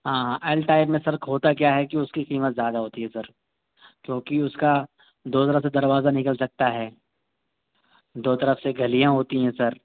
ہاں L type میں sir ہوتا کیا ہے کہ اُس کی قیمت زیادہ ہوتی ہے سر کیونکہ اُس کا دو طرف سے دروازہ نکل سکتا ہے دو طرف سے گلیاں ہوتی ہیں سر